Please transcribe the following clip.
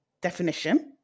definition